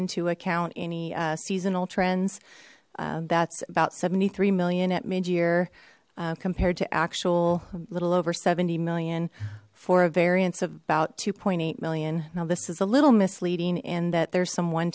into account any seasonal trends that's about seventy three million at mid year compared to actual a little over seventy million for a variance of about two eight million now this is a little misleading in that there's some one